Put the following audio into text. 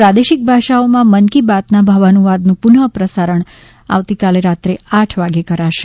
પ્રાદેશિક ભાષાઓમાં મન કી બાતના ભાવાનુવાદનું પુનઃ પ્રસારણ આવતીકાલે રાત્રે આઠ વાગે કરાશે